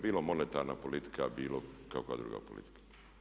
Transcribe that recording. Bilo monetarna politika, bilo kakva druga politika.